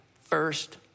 first